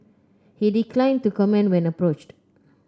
he declined to comment when approached